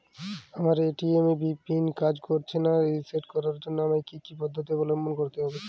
আমার এ.টি.এম এর পিন কাজ করছে না রিসেট করার জন্য আমায় কী কী পদ্ধতি অবলম্বন করতে হবে?